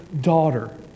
daughter